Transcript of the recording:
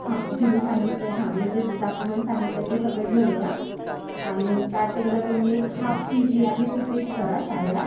हा जे मी सांगितले हा मी जे डॉक्युमेंट सांगितले ते सगळे घेऊन या आणि स्टार्टिंगला तुम्ही हाफ फी जी आहे ती पेड करा शाळेला